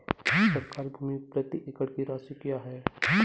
सरकारी भूमि प्रति एकड़ की राशि क्या है?